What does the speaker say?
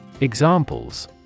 Examples